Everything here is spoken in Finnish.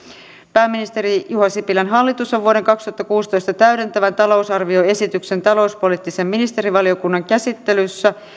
pääministeri juha sipilän hallitus on vuoden kaksituhattakuusitoista täydentävän talousarvioesityksen talouspoliittisen ministerivaliokunnan käsittelyssä